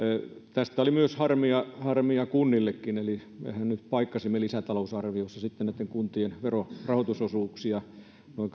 tästä oli harmia kunnillekin ja mehän nyt sitten paikkasimme lisätalousarviossa näitten kuntien verorahoitusosuuksia noin